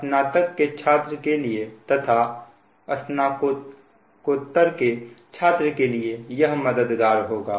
स्नातक के छात्र के लिए तथा स्नातकोत्तर के छात्र के लिए यह मददगार होगा